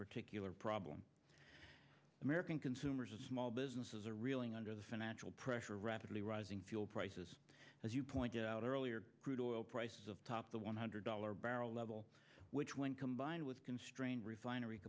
particular problem american consumers of small businesses are reeling under the financial pressure rapidly rising fuel prices as you pointed out earlier crude oil prices of top the one hundred dollars barrel level which when combined with constrained refinery